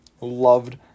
Loved